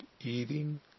eating